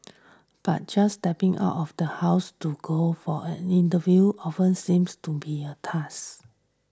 but just stepping out of the house to go for an interview often seems to be a